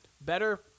better